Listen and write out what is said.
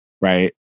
right